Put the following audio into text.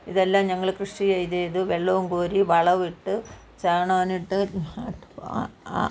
ഇതെല്ലാം ഞങ്ങൾ കൃഷി ചെയ്തു ചെയ്തു വെള്ളവും കോരി വളമിട്ട് ചാണകവും ഇട്ട്